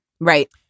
Right